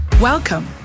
Welcome